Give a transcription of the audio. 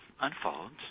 unfolds